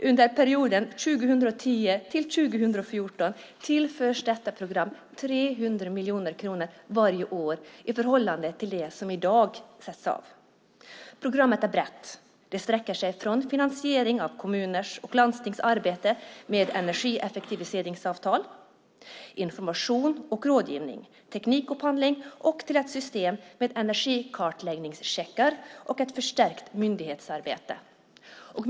Under perioden 2010-2014 tillförs detta program 300 miljoner kronor varje år i förhållande till det som i dag avsätts. Programmet är brett. Det sträcker sig från finansiering av kommuners och landstings arbete med energieffektiviseringsavtal, information och rådgivning samt teknikupphandling till ett system med energikartläggningscheckar och ett förstärkt myndighetsarbete.